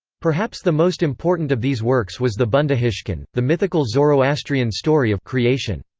perhaps the most important of these works was the bundahishn the mythical zoroastrian story of creation.